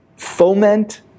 foment